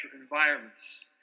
environments